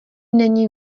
není